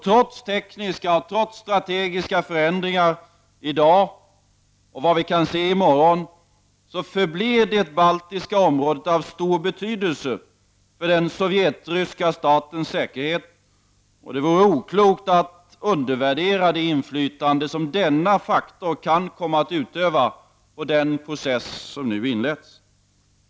Trots tekniska och strategiska förändringar som sker i dag och som vi kan förutse i morgon förblir det baltiska området av stor betydelse för den sovjetryska statens säkerhet, och det vore oklokt av oss att undervärdera det inflytande som denna faktor kan komma att utöva på den process som nu inleds.